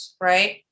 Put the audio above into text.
right